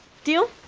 deal?